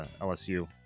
LSU